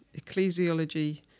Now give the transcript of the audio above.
ecclesiology